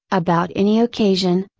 about any occasion,